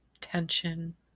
tension